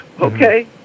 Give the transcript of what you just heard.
okay